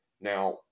Now